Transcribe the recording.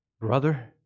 brother